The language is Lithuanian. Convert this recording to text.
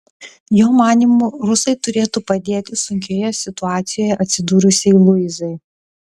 jo manymu rusai turėtų padėti sunkioje situacijoje atsidūrusiai luizai